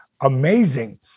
amazing